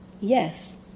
yes